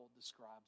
describes